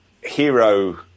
hero